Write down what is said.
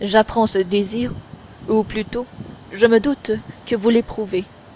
j'apprends ce désir ou plutôt je me doute que vous